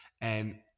And-